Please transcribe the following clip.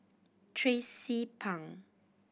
Tracie Pang